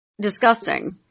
disgusting